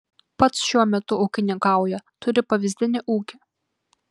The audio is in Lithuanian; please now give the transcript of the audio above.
pats šiuo metu ūkininkauja turi pavyzdinį ūkį